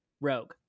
rogue